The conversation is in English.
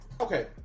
okay